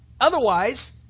Otherwise